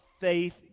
faith